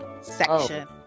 section